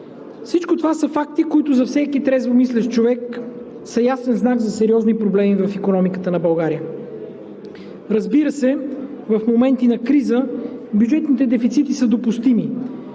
Всичко това са факти, които за всеки трезвомислещ човек са ясен знак за сериозни проблеми в икономиката на България. Разбира се, в моменти на криза бюджетните дефицити са допустими,